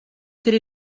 could